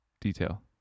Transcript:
detail